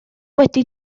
wedi